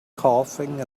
coughing